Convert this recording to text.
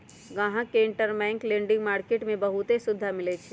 गाहक के interbank lending market में बहुते सुविधा मिलई छई